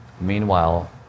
Meanwhile